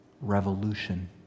Revolution